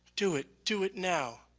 do it, do it now.